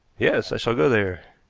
yes i shall go there.